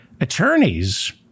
attorneys